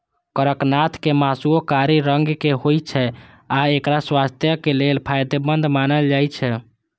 कड़कनाथ के मासुओ कारी रंगक होइ छै आ एकरा स्वास्थ्यक लेल फायदेमंद मानल जाइ छै